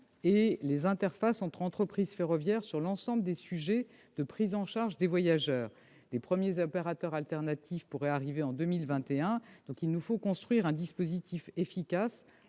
et les interfaces entre entreprises ferroviaires pour tout ce qui a trait à la prise en charge des voyageurs. Les premiers opérateurs alternatifs pourraient arriver en 2021 : il nous faut construire un dispositif efficace